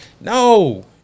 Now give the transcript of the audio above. No